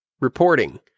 reporting